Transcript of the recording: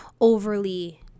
overly